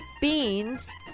Beans